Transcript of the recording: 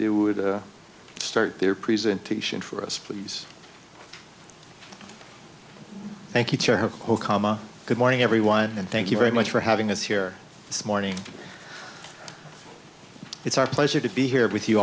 they would start their presentation for us please thank you to have a comma good morning everyone and thank you very much for having us here this morning it's our pleasure to be here with you